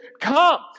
come